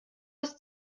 ist